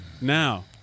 Now